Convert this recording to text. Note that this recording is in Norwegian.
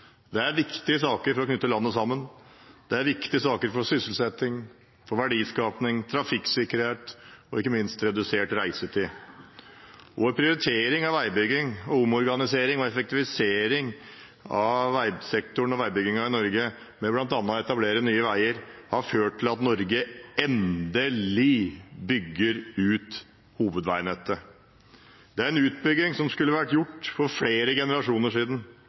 Det er viktige saker for å knytte landet sammen, det er viktige saker for sysselsetting, verdiskaping, trafikksikkerhet og ikke minst redusert reisetid. Vår prioritering av veibygging og omorganisering og effektivisering av veisektoren og veibyggingen i Norge, med bl.a. å etablere Nye Veier, har ført til at Norge endelig bygger ut hovedveinettet. Det er en utbygging som skulle vært gjort for flere generasjoner siden.